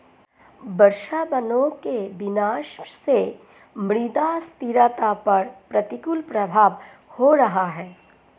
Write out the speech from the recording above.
वर्षावनों के विनाश से मृदा स्थिरता पर प्रतिकूल प्रभाव हो रहा है